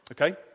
okay